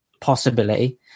possibility